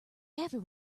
every